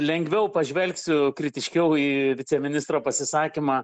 lengviau pažvelgsiu kritiškiau į viceministro pasisakymą